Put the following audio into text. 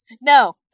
No